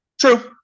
true